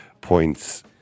points